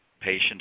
patients